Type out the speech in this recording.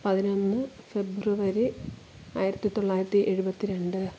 പതിനൊന്ന് ഫെബ്രുവരി ആയിരത്തി തൊള്ളായിരത്തി എഴുപത്തി രണ്ട്